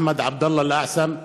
אחמד עבדאללה אל-אעסם,